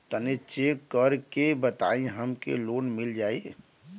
तनि चेक कर के बताई हम के लोन मिल जाई?